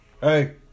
Hey